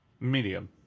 Medium